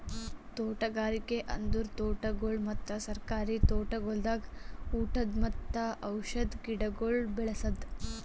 ತೋಟಗಾರಿಕೆ ಅಂದುರ್ ತೋಟಗೊಳ್ ಮತ್ತ ಸರ್ಕಾರಿ ತೋಟಗೊಳ್ದಾಗ್ ಊಟದ್ ಮತ್ತ ಔಷಧ್ ಗಿಡಗೊಳ್ ಬೆ ಳಸದ್